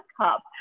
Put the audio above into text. cup